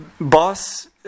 boss